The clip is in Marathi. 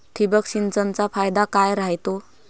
ठिबक सिंचनचा फायदा काय राह्यतो?